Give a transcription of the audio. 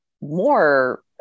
more